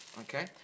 Okay